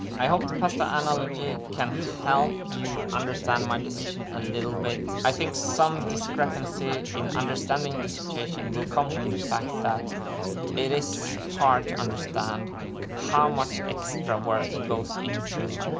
i hope the pasta analogy can help you understand my decision a little bit. i think some discrepancy in understanding the situation will come from the fact that it is hard to understand how much extra work goes into.